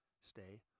Stay